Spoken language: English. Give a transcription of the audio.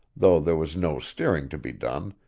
though there was no steering to be done,